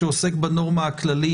שעוסק בנורמה הכללית.